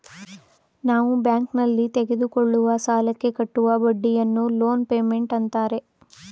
ನಾವು ಬ್ಯಾಂಕ್ನಲ್ಲಿ ತೆಗೆದುಕೊಳ್ಳುವ ಸಾಲಕ್ಕೆ ಕಟ್ಟುವ ಬಡ್ಡಿಯನ್ನು ಲೋನ್ ಪೇಮೆಂಟ್ ಅಂತಾರೆ